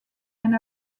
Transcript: and